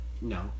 no